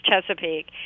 Chesapeake